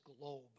globe